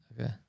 Okay